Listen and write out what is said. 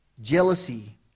jealousy